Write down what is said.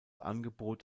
angebot